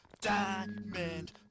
diamond